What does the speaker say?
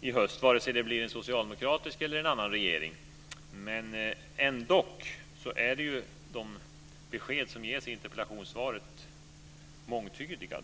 i höst, vare sig det blir en socialdemokratisk regering eller en annan regering. Ändå är de besked som ges i interpellationssvaret mångtydiga.